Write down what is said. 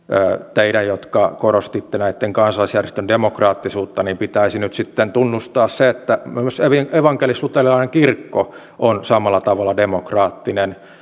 teidän jotka korostitte näitten kansalaisjärjestöjen demokraattisuutta pitäisi nyt sitten tunnustaa se että myös evankelisluterilainen kirkko on samalla tavalla demokraattinen